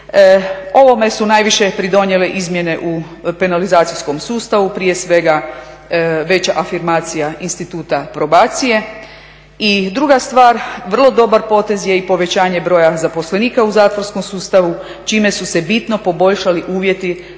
Ovome su najviše pridonijele izmjene u penalizacijskom sustavu, prije svega veća afirmacija instituta probacije. I druga stvar, vrlo dobar potez je i povećanje broja zaposlenika u zatvorskom sustavu čime su se bitno poboljšali uvjeti